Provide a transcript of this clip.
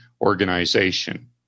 Organization